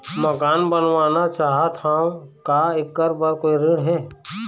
मकान बनवाना चाहत हाव, का ऐकर बर कोई ऋण हे?